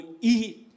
eat